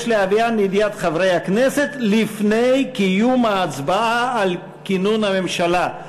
יש להביאן לידיעת חברי הכנסת לפני קיום ההצבעה על כינון הממשלה.